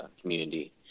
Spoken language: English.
community